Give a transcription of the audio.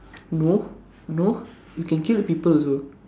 no no you can kill people also